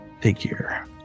figure